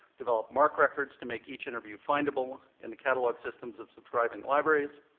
develop marc records to make each interview findable in the catalog systems of subscribing libraries,